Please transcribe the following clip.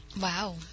Wow